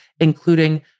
including